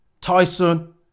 Tyson